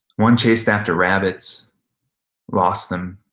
one chased after rabbits lost them